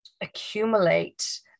accumulate